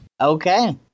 okay